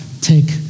take